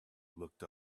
looked